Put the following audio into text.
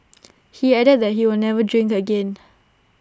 he added that he will never drink again